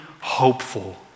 hopeful